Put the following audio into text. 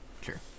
Sure